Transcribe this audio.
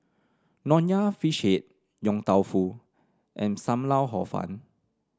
Nonya Fish Head Yong Tau Foo and Sam Lau Hor Fun